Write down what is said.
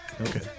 Okay